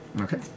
Okay